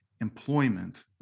employment